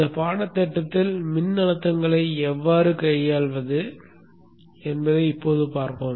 இந்த பாடத்திட்டத்தில் மின் அழுத்தங்களை எவ்வாறு கையாள்வது என்பதை இப்போது பார்ப்போம்